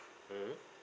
mmhmm